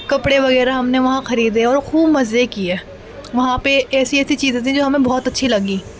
کپڑے وغیرہ ہم نے وہاں خریدے اور خوب مزے کیے وہاں پہ ایسی ایسی چیزیں تھیں جو ہمیں بہت اچھی لگیں